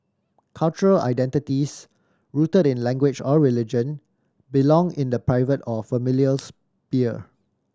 cultural identities rooted in language or religion belong in the private or familial sphere